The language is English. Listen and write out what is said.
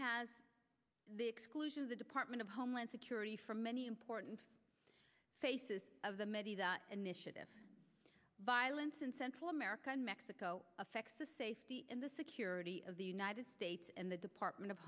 has the exclusion of the department of homeland security for many important faces of the initiative violence in central america and mexico affects the safety and the security of the united states and the department of